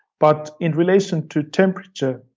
but in relation to temperature,